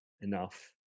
enough